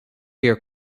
here